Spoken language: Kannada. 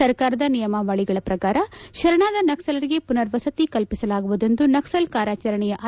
ಸರ್ಕಾರದ ನಿಯಮಾವಳಗಳ ಪ್ರಕಾರ ಶರಣಾದ ನಕ್ಲಲರಿಗೆ ಪುನರ್ ವಸತಿ ಕಲ್ಪಿಸಲಾಗುವುದು ಎಂದು ನಕ್ಲಲ್ ಕಾರ್ಯಾಚರಣೆಯ ಐ